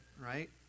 right